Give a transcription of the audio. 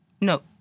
No